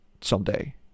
someday